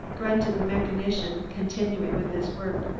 grunted the mechanician, continuing with his work.